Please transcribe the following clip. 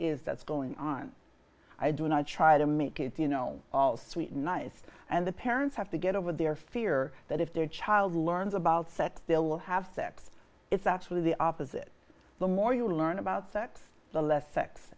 is that's going on i do not try to make kids you know all sweet and nice and the parents have to get over their fear that if their child learns about sex bill will have sex it's actually the opposite the more you learn about sex the less sex